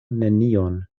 nenion